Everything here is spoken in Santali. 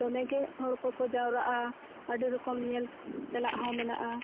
ᱫᱚᱢᱮ ᱜᱮ ᱦᱚᱲ ᱠᱚ ᱡᱟᱣᱨᱟᱜᱼᱟ ᱟᱹᱰᱤ ᱨᱚᱠᱚᱢ ᱧᱮᱞ ᱛᱮᱱᱟᱜ ᱦᱚᱸ ᱢᱮᱱᱟᱜᱼᱟ